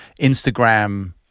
Instagram